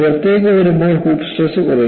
പുറത്തേക്കു വരുമ്പോൾ hoop stress കുറയുന്നു